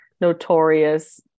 notorious